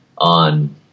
On